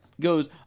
goes